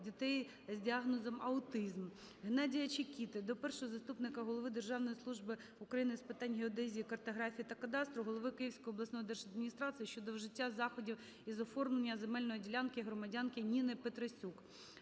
дітей з діагнозом-аутизм. Геннадія Чекіти до першого заступника голови Державної служби України з питань геодезії, картографії та кадастру, голови Київської обласної держадміністрації щодо вжиття заходів із оформлення земельної ділянки громадянки Ніни Петросюк.